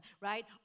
right